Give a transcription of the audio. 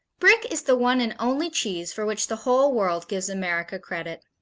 brick is the one and only cheese for which the whole world gives america credit.